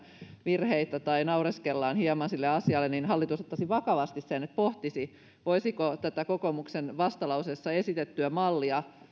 virheitä tai naureskellaan hieman sille asialle hallitus ottaisi asian vakavasti ja pohtisi voisiko tätä kokoomuksen vastalauseessa esitettyä mallia